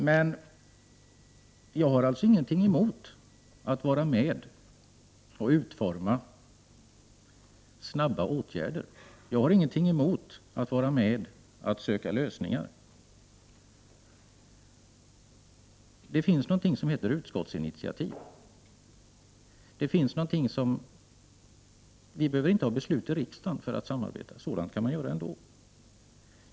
Men jag har ingenting emot att vara med och utforma snabba åtgärder, jag har ingenting emot att vara med och söka lösningar. Det finns någonting som heter utskottsinitiativ. Vi behöver inte fatta beslut här i kammaren för att kunna samarbeta, det kan man göra ändå.